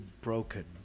broken